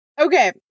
Okay